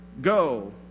Go